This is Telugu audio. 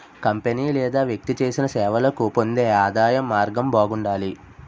కంపెనీ లేదా వ్యక్తి చేసిన సేవలకు పొందే ఆదాయం మార్గం బాగుండాలి